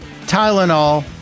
Tylenol